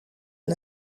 and